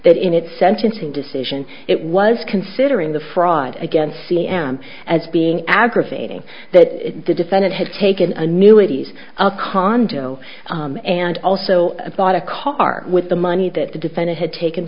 that in its sentencing decision it was considering the fraud against c m as being aggravating that the defendant had taken a new id he's a condo and also bought a car with the money that the defendant had taken